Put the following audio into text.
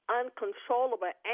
uncontrollable